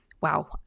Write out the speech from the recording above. Wow